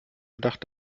gedacht